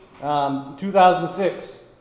2006